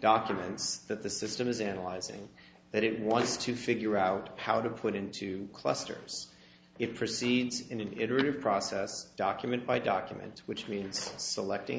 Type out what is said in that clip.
documents that the system is analyzing that it wants to figure out how to put into clusters it proceeds in an iterative process document by document which means selecting